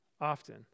often